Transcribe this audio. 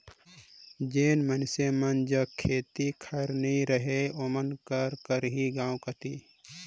जेन मइनसे मन जग खेत खाएर नी रहें ओमन का करहीं गाँव कती